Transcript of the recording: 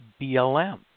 BLM